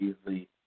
easily